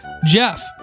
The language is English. Jeff